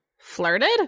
Flirted